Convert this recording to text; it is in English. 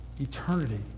eternity